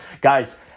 Guys